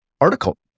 article